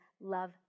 love